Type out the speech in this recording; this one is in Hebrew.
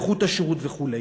איכות השירות וכו'.